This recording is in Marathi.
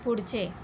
पुढचे